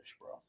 bro